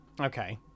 Okay